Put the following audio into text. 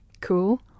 cool